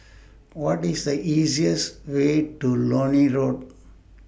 What IS The easiest Way to Lornie Road